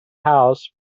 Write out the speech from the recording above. house